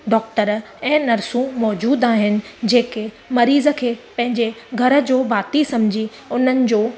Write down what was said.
doctor ऐं नर्सियूं मौज़ूदु आहिनि जेके मरीज़ खे पंहिंजे घर जो भाती सम्झी उन्हनि जो